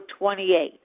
28